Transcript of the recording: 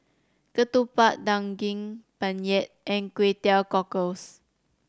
ketupat Daging Penyet and Kway Teow Cockles